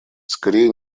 скорее